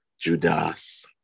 Judas